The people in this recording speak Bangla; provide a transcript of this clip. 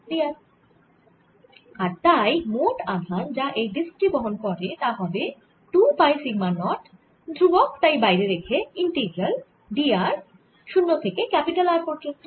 আর তাই মোট আধান যা এই ডিস্ক টি বহন করে তা হবে 2 পাই সিগমা নট ধ্রুবক তাই বাইরে রেখে ইন্টিগ্রাল d r 0 থেকে R পর্যন্ত